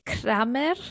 Kramer